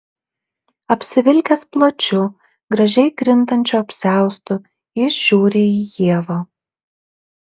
apsivilkęs plačiu gražiai krintančiu apsiaustu jis žiūri į ievą